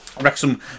Wrexham